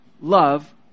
love